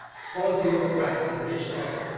swallows the old rat and the ditch-dog,